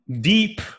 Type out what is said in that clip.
deep